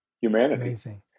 Humanity